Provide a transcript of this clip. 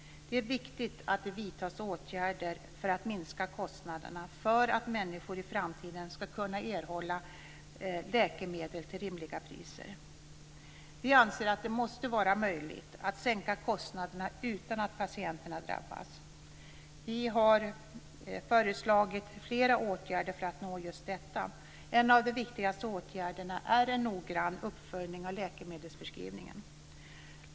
Det är viktigt att det vidtas åtgärder för att minska kostnaderna för att människor i framtiden ska kunna erhålla läkemedel till rimliga priser. Vi anser att det måste vara möjligt att sänka kostnaderna utan att patienterna drabbas. Vi har föreslagit flera åtgärder för att vi ska nå just detta. En av de viktigaste åtgärderna är en noggrann uppföljning av läkemedelsförskrivningen.